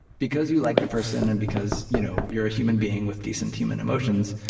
because you like the person and because you know you're a human being with decent human emotions,